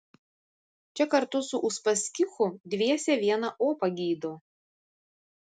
čia kartu su uspaskichu dviese vieną opą gydo